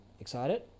excited